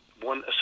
one